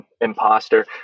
imposter